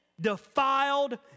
defiled